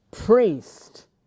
priest